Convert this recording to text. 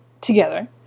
together